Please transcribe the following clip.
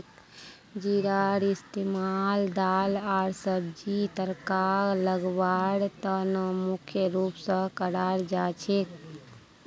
जीरार इस्तमाल दाल आर सब्जीक तड़का लगव्वार त न मुख्य रूप स कराल जा छेक